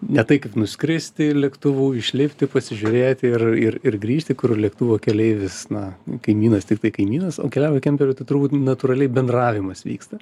ne tai kaip nuskristi lėktuvu išlipti pasižiūrėti ir ir ir grįžti kur lėktuvo keleivis na kaimynas tiktai kaimynas o keliauji kemperiu tai turbūt natūraliai bendravimas vyksta